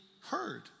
heard